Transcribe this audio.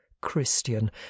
christian